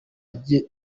yagiye